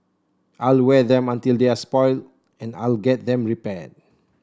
I'll wear them until they're spoilt and I'll get them repaired